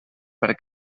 per